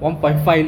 one point five